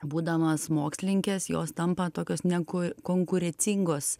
būdamos mokslininkės jos tampa tokios ne ku konkurencingos